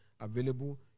available